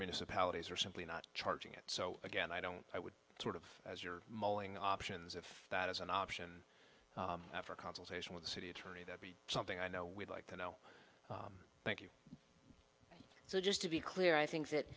municipalities are simply not charging it so again i don't i would sort of as you're mulling options if that is an option after consultation with the city attorney that be something i know we'd like to know thank you so just to be clear i think that